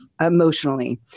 emotionally